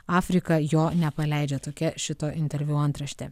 afriką jo nepaleidžia tokia šito interviu antraštė